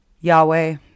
Yahweh